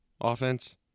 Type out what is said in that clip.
offense